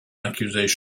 accusations